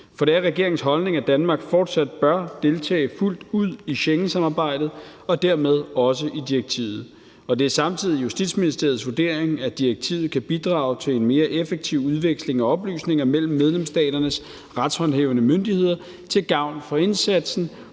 for det er regeringens holdning, at Danmark fortsat bør deltage fuldt ud i Schengensamarbejdet og dermed også i direktivet. Det er samtidig Justitsministeriets vurdering, at direktivet kan bidrage til en mere effektiv udveksling af oplysninger mellem medlemsstaternes retshåndhævende myndigheder til gavn for indsatsen